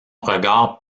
regard